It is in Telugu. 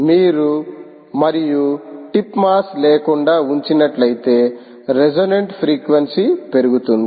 మీరు మరియు టిప్ మాస్లేకుండా ఉంచినట్లయితే రెసోనెంట్ ఫ్రీక్వెన్సీ పెరుగుతుంది